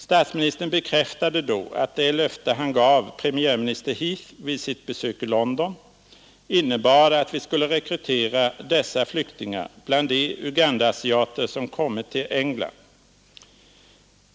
Statsministern bekräftade då att det löfte han gav premiärminister Heath vid sitt besök i London innebar att vi skulle rekrytera dessa flyktingar bland de Ugandaasiater som kommit till England.